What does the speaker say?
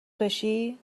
بشی